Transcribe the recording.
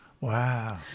Wow